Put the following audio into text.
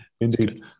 Indeed